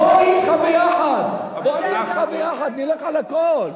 בוא נהיה אתך ביחד, נלך על הכול.